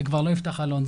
זה כבר לא יפתח חלון.